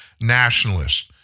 nationalists